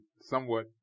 somewhat